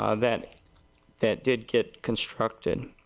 ah that that did get constructioned.